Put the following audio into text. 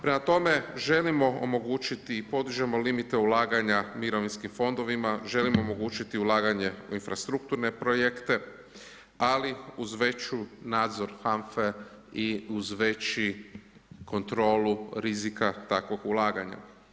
Prema tome želimo omogućiti i podižemo limite ulaganja mirovinskim fondovima, želimo omogućiti ulaganje u infrastrukturne projekte ali uz veći nadzor HANFA-e i uz veći, kontrolu rizika takvog ulaganja.